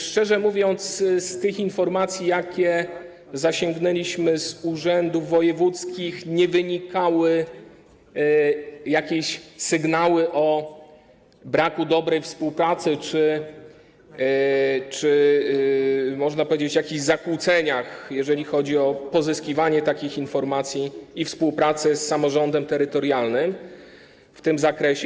Szczerze mówiąc, z informacji, jakich zasięgnęliśmy od urzędów wojewódzkich, nie wynikało, że są jakieś sygnały o braku dobrej współpracy czy, można powiedzieć, jakichś zakłóceniach, jeżeli chodzi o pozyskiwanie takich informacji i współpracę z samorządem terytorialnym w tym zakresie.